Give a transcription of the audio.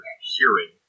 hearing